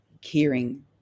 hearing